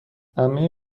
عمه